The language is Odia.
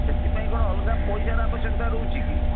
ସେଥିପାଇଁ କ'ଣ ଅଲ୍ଗା ପଇସାର ଆବଶ୍ୟକତା ରହୁଛି କି